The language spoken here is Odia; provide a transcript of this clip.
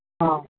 ହଁହଁ